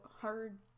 hard